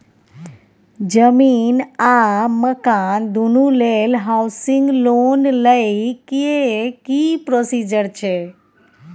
जमीन आ मकान दुनू लेल हॉउसिंग लोन लै के की प्रोसीजर छै?